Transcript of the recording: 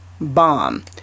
bomb